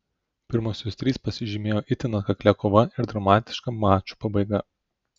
pirmosios trys pasižymėjo itin atkaklia kova ir dramatiška mačų pabaiga